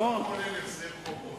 לא כולל החזר חובות.